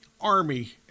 Army